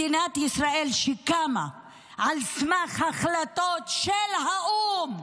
מדינת ישראל, שקמה על סמך החלטות של האו"ם,